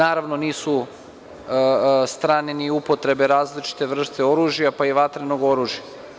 Naravno, nisu strane ni upotrebe različitih vrsta oružja, pa i vatrenog oružja.